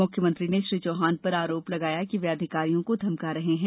मुख्यमंत्री ने श्री चौहान पर आरोप लगाया कि वे अधिकारियों को धमका रहे हैं